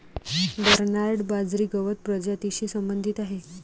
Bernard बाजरी गवत प्रजातीशी संबंधित आहे